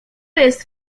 jest